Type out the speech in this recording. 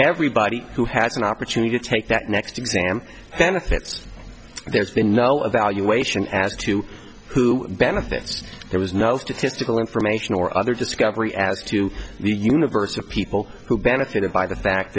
everybody who has an opportunity to take that next exam benefits there's been no evaluation as to who benefits there was no statistical information or other discovery as to the universe of people who benefited by the fact